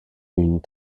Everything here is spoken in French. une